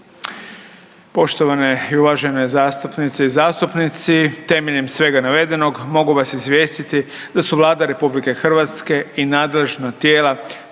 Poštovane i uvažene zastupnice i zastupnici temeljem svega navedenog mogu vas izvijestiti da su Vlada Republike Hrvatske i nadležna tijela